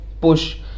push